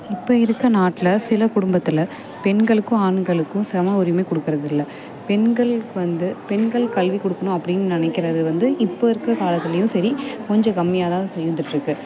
இப்போ இருக்கற நாட்டில் சில குடும்பத்தில் பெண்களுக்கும் ஆண்களுக்கும் சம உரிமை கொடுக்குறதில்ல பெண்களுக்கு வந்து பெண்கள் கல்வி கொடுக்கணும் அப்படின்னு நினைக்கிறது வந்து இப்போ இருக்கற காலத்துலேயும் சரி கொஞ்சம் கம்மியாக தான் இருந்துட்டுருக்கு